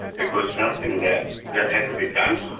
it was something that that had to be done.